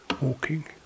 walking